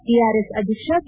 TRS ಅಧ್ಯಕ್ಷ K